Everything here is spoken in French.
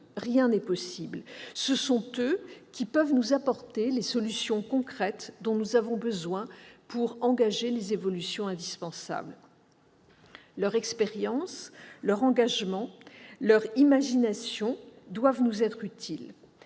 rien n'est possible. Ce sont eux qui peuvent nous apporter les solutions concrètes dont nous avons besoin pour engager les indispensables évolutions. Leur expérience, leur engagement, leur imagination doivent nous être utiles.